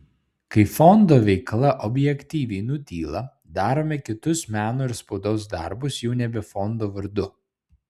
kai fondo veikla objektyviai nutyla darome kitus meno ir spaudos darbus jau nebe fondo vardu